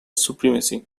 supremacy